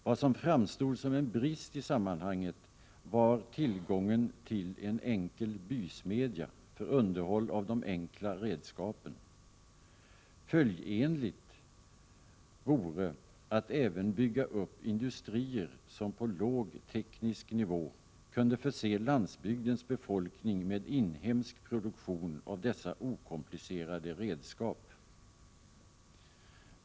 Vad som framstod som en brist i sammanhanget var att det inte fanns tillgång till en enkel bysmedja för underhåll av de enkla redskapen. Följdenligt vore att bygga upp industrier som på låg teknisk nivå kunde förse landsbygdens befolkning med inhemsk produktion av dessa okomplicerade redskap.